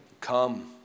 come